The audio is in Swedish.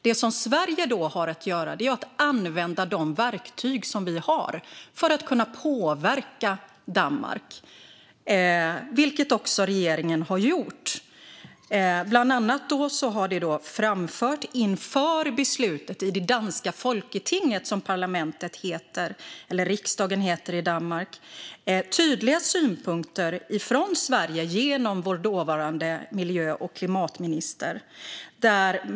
Det som Sverige då har att göra är att använda de verktyg som vi har för att kunna påverka Danmark, vilket regeringen också har gjort. Bland annat har vi inför beslutet i det danska folketinget, som riksdagen heter i Danmark, framfört tydliga synpunkter från Sverige genom vår dåvarande miljö och klimatminister.